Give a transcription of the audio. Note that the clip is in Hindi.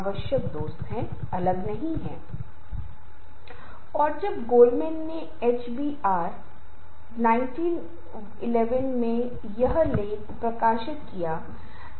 अगर कोई व्यक्ति एक शक्तिशाली स्थिति में है तो कभी कभी इस शक्ति का उपयोग करने की कोशिश करता है या सहयोगियों के साथ अधीनस्थ के साथ शक्ति का दुरुपयोग करता है और यह बहुत संघर्ष का कारण बनता है